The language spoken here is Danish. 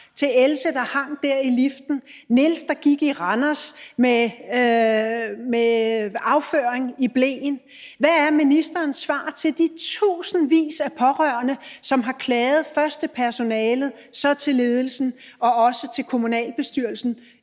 til Else, der hang der i liften, og Niels, der gik i Randers med afføring i bleen? Hvad er ministerens svar til de tusindvis af pårørende, som har klaget først til personalet, så til ledelsen og i nogle tilfælde også til kommunalbestyrelsen